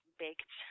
baked